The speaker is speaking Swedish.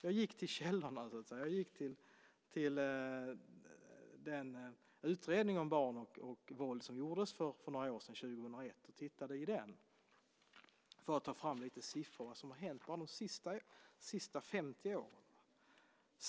Jag gick till källan och tittade i den utredning om barn och våld som gjordes 2001 för att ta fram lite siffror på vad som har hänt bara de senaste 50 åren.